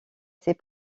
ses